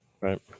Right